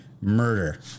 murder